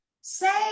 Say